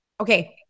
Okay